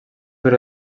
per